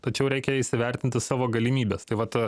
tačiau reikia įsivertinti savo galimybes tai vat